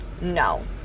no